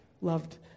loved